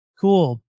cool